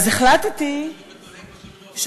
אז החלטתי שהערב,